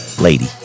Lady